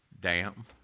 damp